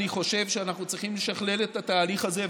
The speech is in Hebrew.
אני חושב שאנחנו צריכים לשכלל את התהליך הזה,